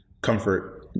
comfort